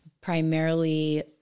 Primarily